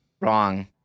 wrong